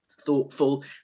thoughtful